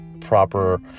proper